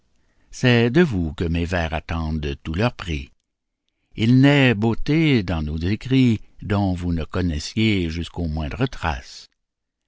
c'est de vous que mes vers attendent tout leur prix il n'est beauté dans nos écrits dont vous ne connaissiez jusques aux moindres traces